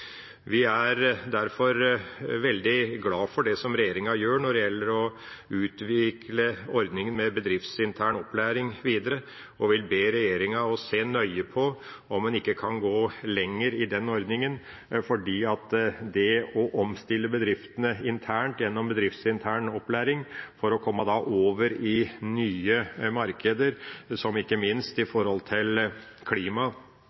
Vi er derfor veldig glad for det regjeringa gjør når det gjelder å utvikle ordningen med bedriftsintern opplæring videre, og jeg vil be regjeringa se nøye på om en ikke kan gå lenger i den ordninga, for det å omstille bedriftene internt gjennom bedriftsintern opplæring for å komme over i nye markeder, som ikke minst